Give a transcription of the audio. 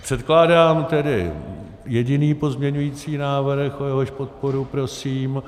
Předkládám tedy jediný pozměňovací návrh, o jehož podporu prosím.